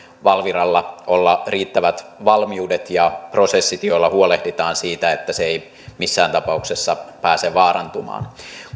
valviralla olla riittävät valmiudet ja prosessit joilla huolehditaan siitä että se ei missään tapauksessa pääse vaarantumaan